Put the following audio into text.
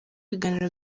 ibiganiro